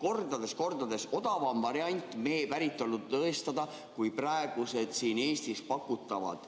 on kordades odavam variant mee päritolu tõestada kui praegused Eestis pakutavad